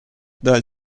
dal